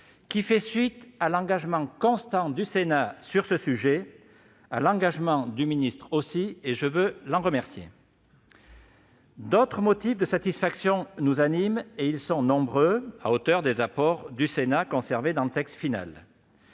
qui fait suite à l'engagement constant du Sénat sur ce sujet, ainsi qu'à l'engagement de M. le ministre Olivier Dussopt, que je tiens à remercier. D'autres motifs de satisfaction nous animent ; ils sont nombreux, à la hauteur des apports du Sénat conservés dans le texte final.